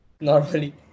normally